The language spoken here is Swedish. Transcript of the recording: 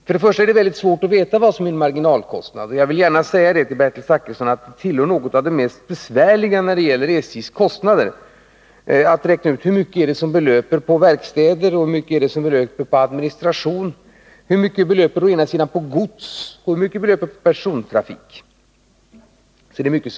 Först och främst är det mycket svårt att veta vad som är marginalkostnad. Jag vill gärna säga till Bertil Zachrisson att det tillhör något av det mest besvärliga när det gäller SJ:s kostnader att räkna ut hur mycket som faller på verkstäder och hur mycket som faller på administration samt å ena sidan på godstrafik och å andra sidan på persontrafik.